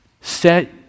Set